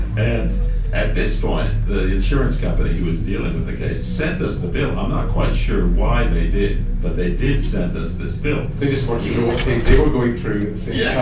and at this point the insurance company who was dealing with the case sent us the bill. i'm not quite sure why they did, but they did send us this bill. they just wanted you to know what pain they were going through at the same yeah